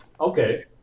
Okay